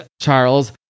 Charles